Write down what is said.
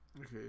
okay